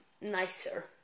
nicer